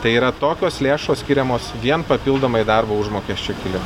tai yra tokios lėšos skiriamos vien papildomai darbo užmokesčio kilim